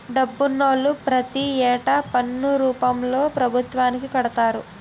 డబ్బునోళ్లు ప్రతి ఏటా పన్ను రూపంలో పభుత్వానికి కడతారు